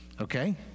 okay